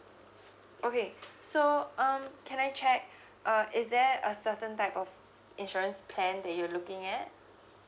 okay so um can I check uh is there a certain type of insurance plan that you're looking at